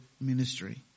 ministry